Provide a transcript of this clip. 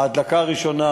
ההדלקה הראשונה,